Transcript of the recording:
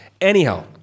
Anyhow